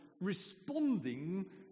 responding